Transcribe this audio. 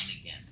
again